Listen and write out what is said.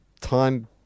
time